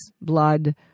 blood